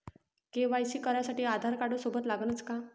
KYC करासाठी आधारकार्ड सोबत लागनच का?